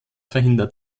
verhindert